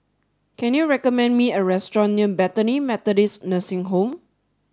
can you recommend me a restaurant near Bethany Methodist Nursing Home